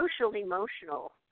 social-emotional